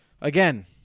again